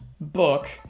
book